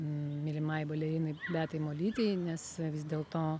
mylimai balerinai beatai molytei nes vis dėlto